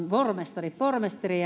pormestari pormestari